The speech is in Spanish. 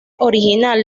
original